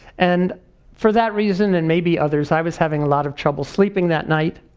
and for that reason and maybe others, i was having a lot of trouble sleeping that night.